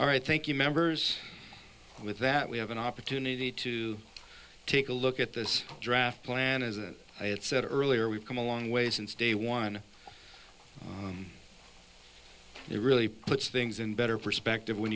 all right thank you members with that we have an opportunity to take a look at this draft plan is it i had said earlier we've come a long way since day one it really puts things in better perspective when